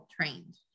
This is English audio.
trained